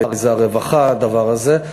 הרי זה הרווחה, הדבר הזה.